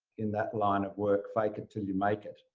in that line of work, fake it till you make it,